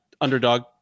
underdog